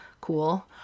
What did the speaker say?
Cool